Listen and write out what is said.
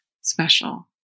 special